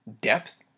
depth